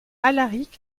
alaric